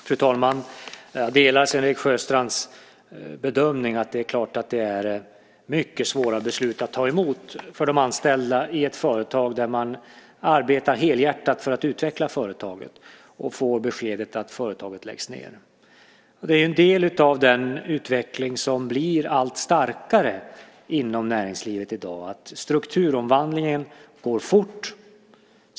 Fru talman! Jag delar Sven-Erik Sjöstrands bedömning att det är mycket svårt för anställda i ett företag där man arbetar helhjärtat för att utveckla företaget att få beskedet att företaget läggs ned. En del av den utveckling som blir allt starkare inom näringslivet i dag är att strukturomvandlingen går fort.